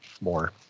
more